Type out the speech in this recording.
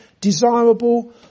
desirable